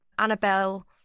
Annabelle